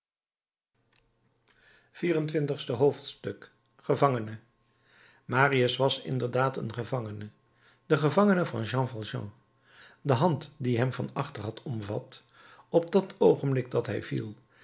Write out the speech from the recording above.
vier-en-twintigste hoofdstuk gevangene marius was inderdaad een gevangene de gevangene van jean valjean de hand die hem van achter had omvat op het oogenblik dat hij viel